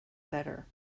better